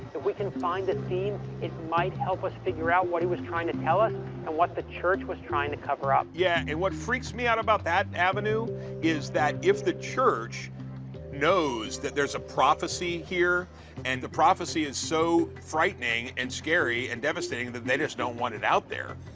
we can find the theme, it might help us figure out what he was trying to tell us and what the church was trying to cover up. levy yeah. and what freaks me out about that avenue is that if the church knows that there's a prophecy here and the prophecy is so frightening and scary and devastating that they just don't want it out there.